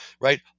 right